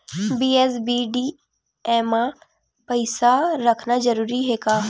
BSBDA मा पईसा रखना जरूरी हे का?